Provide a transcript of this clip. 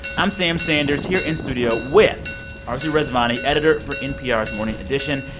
i'm sam sanders here in studio with arezou rezvani, editor for npr's morning edition,